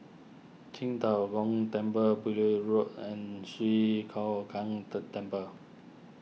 Qing De Gong Temple Beaulieu Road and Swee Kow Kuan de Temple